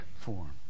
form